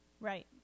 Right